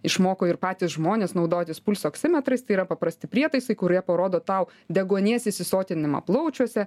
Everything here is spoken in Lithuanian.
išmoko ir patys žmonės naudotis pulsoksimetrais tai yra paprasti prietaisai kurie parodo tau deguonies įsisotinimą plaučiuose